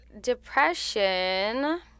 depression